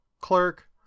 clerk